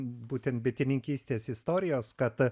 būtent bitininkystės istorijos kad